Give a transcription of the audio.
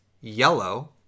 yellow